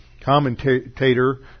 commentator